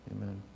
amen